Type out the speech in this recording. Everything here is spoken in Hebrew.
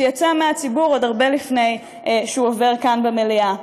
שיצא מהציבור עוד הרבה לפני שהוא עובר כאן במליאה,